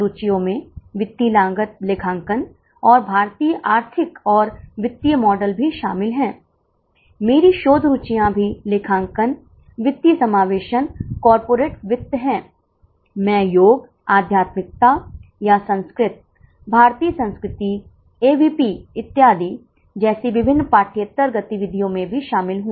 दिलचस्प बात यह है कि आपके पास कई उत्तर हो सकते हैं आपके पास 4 कॉलम हो सकते हैं मेरा मतलब है कि 4 बिक्री दी गई हैं आपके पास बीईपी के लिए 4 उत्तर और पीवीआर के लिए 4 उत्तर हो सकते हैं